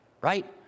Right